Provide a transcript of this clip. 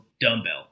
dumbbell